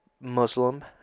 muslim